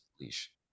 leash